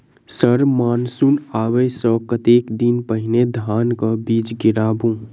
Sir monsoon आबै सऽ कतेक दिन पहिने धान केँ बीज गिराबू?